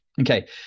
Okay